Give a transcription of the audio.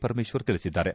ಪರಮೇಶ್ವರ್ ತಿಳಿಸಿದ್ದಾರೆ